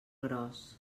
gros